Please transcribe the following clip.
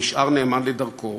נשאר נאמן לדרכו,